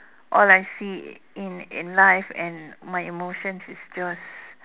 all I see in in life and my emotions is just